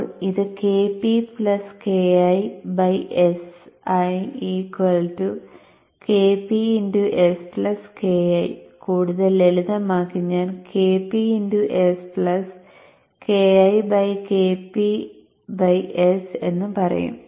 ഇപ്പോൾ ഇത് Kp Ki s Kp s Ki കൂടുതൽ ലളിതമാക്കി ഞാൻ Kp s Ki Kp s എന്ന് പറയും